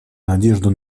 надежду